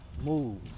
move